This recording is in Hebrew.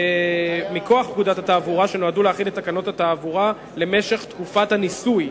מכוח פקודת התעבורה שנועדו להחיל את תקנות התעבורה למשך תקופת הניסוי.